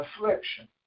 affliction